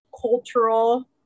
Cultural